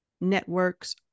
networks